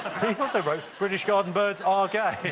oh also wrote british garden birds r gay.